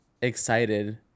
excited